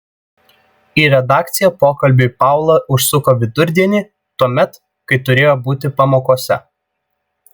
į redakciją pokalbiui paula užsuko vidurdienį tuomet kai turėjo būti pamokose